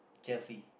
chelsea